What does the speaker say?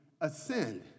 ascend